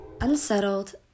Unsettled